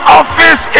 office